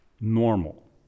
normal